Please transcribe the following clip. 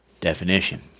definition